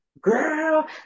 Girl